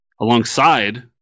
alongside